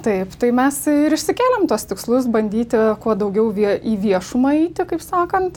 taip tai mes ir išsikėlėm tuos tikslus bandyti kuo daugiau vie į viešumą eiti kaip sakant